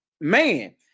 man